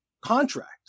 contract